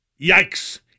Yikes